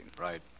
Right